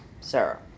Sarah